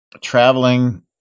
Traveling